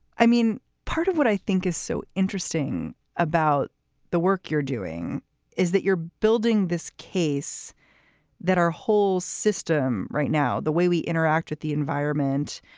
i mean, part of what i think is so interesting about the work you're doing is that you're building this case that our whole system right now, the way we interact with the environment,